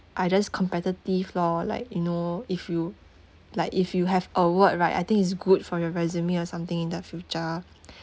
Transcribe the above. I just competitive lor like you know if you like if you have award right I think it's good for your resume or something in the future